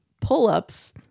pull-ups